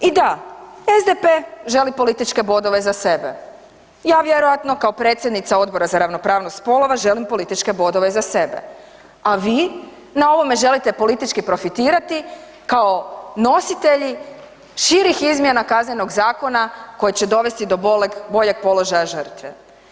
I da, SDP želi političke bodove za sebe, ja vjerojatno kao predsjednica Odbora za ravnopravnost spolova želim političke bodove za sebe, a vi na ovome želite politički profitirati kao nositelji širih izmjena Kaznenog zakona koje će dovesti do boljeg položaja žrtva.